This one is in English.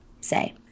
say